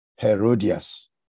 Herodias